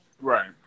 Right